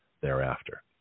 thereafter